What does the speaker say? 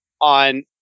on